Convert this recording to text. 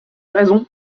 raison